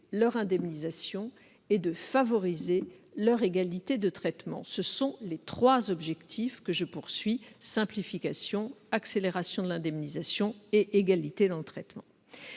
leur indemnisation et de favoriser l'égalité de traitement entre elles. Tels sont les trois objectifs que je poursuis : simplification, accélération de l'indemnisation et égalité dans le traitement.